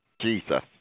Jesus